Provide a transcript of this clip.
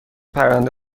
پرنده